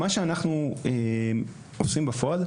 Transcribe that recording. מה שאנחנו עושים בפועל,